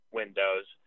windows